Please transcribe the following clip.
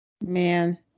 Man